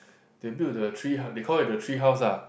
they build the tree hou~ they call it the tree house ah